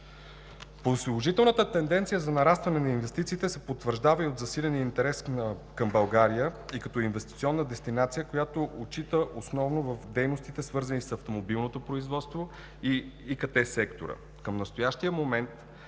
Положителната тенденция за нарастване на инвестициите се потвърждава и от засиления интерес към България и като инвестиционна дестинация, която отчита основно в дейностите, свързани с автомобилното производство и ИКТ – информационно-комуникационни